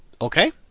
Okay